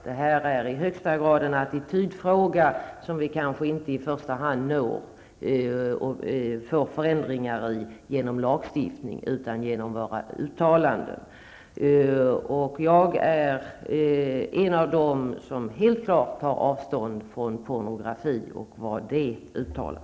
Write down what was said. Det här är i högsta grad en attitydfråga, en fråga där vi inte kan uppnå förändringar genom lagstiftning i första hand utan genom våra uttalanden. Jag är en av dem som helt klart tar avstånd från pornografi och vad den står för.